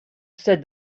said